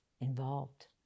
involved